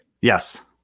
yes